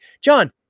John